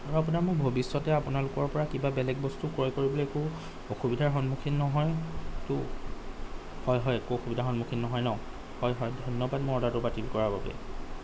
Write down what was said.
আৰু আপোনাৰ মোৰ ভৱিষ্যতে আপোনালোকৰপৰা কিবা বেলেগ বস্তু ক্ৰয় কৰিবলে একো অসুবিধাৰ সন্মুখীন নহয়তো হয় হয় একো অসুবিধাৰ সন্মুখীন নহয় ন' হয় হয় ধন্যবাদ মোৰ অৰ্ডাৰটো বাতিল কৰাৰ বাবে